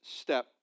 step